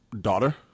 Daughter